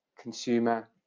consumer